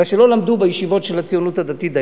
כי לא למדו דיינות בישיבות של הציונות הדתית.